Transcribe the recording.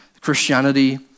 Christianity